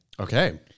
Okay